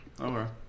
okay